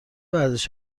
ورزش